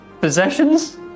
possessions